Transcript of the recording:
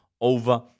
over